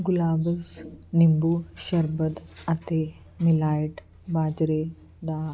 ਗੁਲਾਬਜ਼ ਨਿੰਬੂ ਸ਼ਰਬਤ ਅਤੇ ਮਿਲਾਇਟ ਬਾਜਰੇ ਦਾ